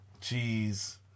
Cheese